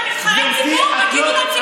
תעשו חתונות.